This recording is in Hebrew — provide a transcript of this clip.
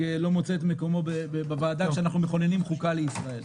לא מוצא את מקומו בוועדה כשאנחנו מכוננים חוקה לישראל.